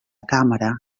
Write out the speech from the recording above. càmera